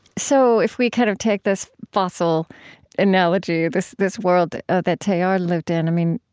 so if we kind of take this fossil analogy, this this world that ah that teilhard lived in, i mean,